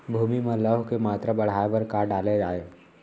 भूमि मा लौह के मात्रा बढ़ाये बर का डाले जाये?